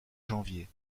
janvier